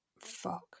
fuck